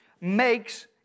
makes